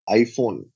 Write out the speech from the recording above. iPhone